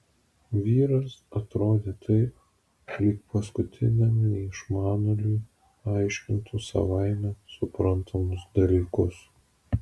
vyras atrodė taip lyg paskutiniam neišmanėliui aiškintų savaime suprantamus dalykus